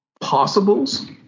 Possibles